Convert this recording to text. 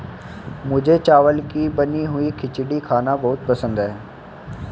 मुझे चावल की बनी हुई खिचड़ी खाना बहुत पसंद है